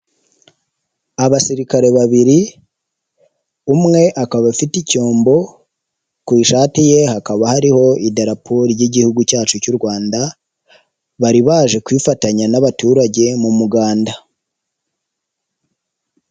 Abasirikare babiri umwe akaba afite icyombo ku ishati ye hakaba hariho iderapor ry'igihugu cyacu cy'u Rwanda, bari baje kwifatanya n'abaturage mu muganda.